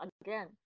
again